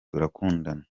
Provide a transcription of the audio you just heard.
turakundana